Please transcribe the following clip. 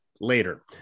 later